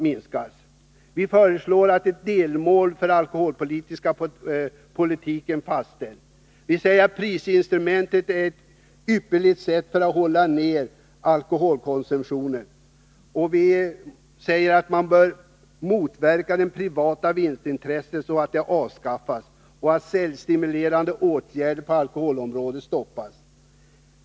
Vi föreslår därför att ett delmål för alkoholpolitiken fastställs. Vi säger att prisinstrumentet är ypperligt när det gäller att hålla alkoholkonsumtionen nere. Vi säger att man bör motverka det privata vinstintresset och avskaffa det och stoppa säljstimulerande åtgärder på alkoholområdet.